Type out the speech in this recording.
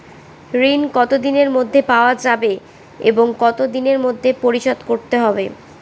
ঋণ কতদিনের মধ্যে পাওয়া যাবে এবং কত দিনের মধ্যে পরিশোধ করতে হবে?